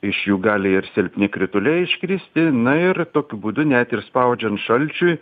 iš jų gali ir silpni krituliai iškristi na ir tokiu būdu net ir spaudžiant šalčiui